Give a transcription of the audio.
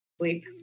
sleep